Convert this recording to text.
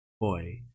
boy